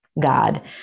God